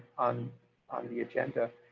on on the agenda.